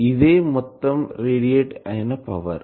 ఇదే మొత్తం రేడియేట్ అయిన పవర్